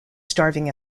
starving